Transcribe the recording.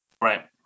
right